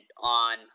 on